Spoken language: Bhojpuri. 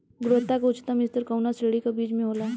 गुणवत्ता क उच्चतम स्तर कउना श्रेणी क बीज मे होला?